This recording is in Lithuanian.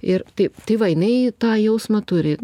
ir taip tai va jinai tą jausmą turi